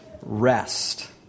rest